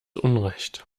unrecht